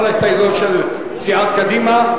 כל ההסתייגויות של סיעת קדימה,